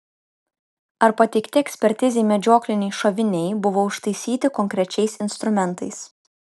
ar pateikti ekspertizei medžiokliniai šoviniai buvo užtaisyti konkrečiais instrumentais